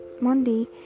Monday